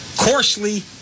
Coarsely